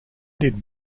did